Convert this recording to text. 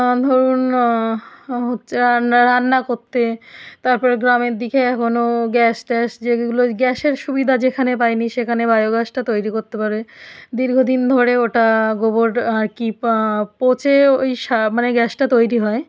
ধরুন হচ্ছে রান্না রান্না কোত্তে তারপর গ্রামের দিকে কোনো গ্যাস ট্যাস যেগুলো গ্যাসের সুবিদা যেখানে পায় নি সেখানে বায়ো গ্যাসটা তৈরি করতে পারে দীর্ঘদিন ধরে ওটা গোবর আর কি পচে ওই সা মানে গ্যাসটা তৈরি হয়